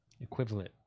Equivalent